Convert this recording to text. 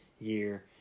year